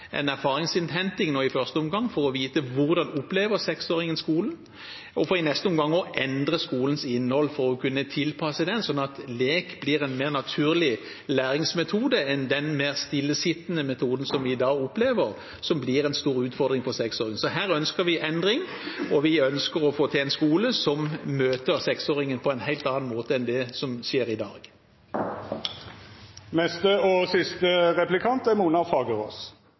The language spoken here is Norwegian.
vite hvordan seksåringene opplever skolen, for i neste omgang å endre skolens innhold for å kunne tilpasse den, slik at lek blir en mer naturlig læringsmetode enn den mer stillesittende metoden som vi i dag opplever, som blir en stor utfordring for seksåringene. Så her ønsker vi en endring, og vi ønsker å få til en skole som møter seksåringene på en helt annen måte enn det den gjør i dag. Jeg har lyst til å starte med å takke representanten Grøvan personlig for den jobben han har gjort for Sjunkhatten folkehøgskole. Det er